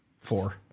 four